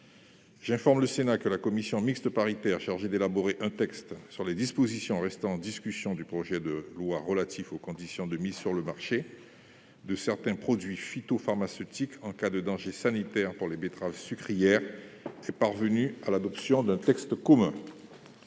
J'informe le Sénat que la commission mixte paritaire chargée d'élaborer un texte sur les dispositions restant en discussion du projet de loi relatif aux conditions de mise sur le marché de certains produits phytopharmaceutiques en cas de danger sanitaire pour les betteraves sucrières est parvenue à l'adoption d'un texte commun.